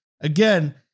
again